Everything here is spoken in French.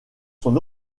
son